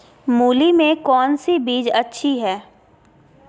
मूली में कौन सी बीज अच्छी है?